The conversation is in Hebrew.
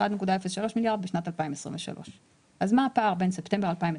1.03 מיליארד בשנת 2023. אז מה הפער בין ספטמבר 2021